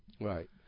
Right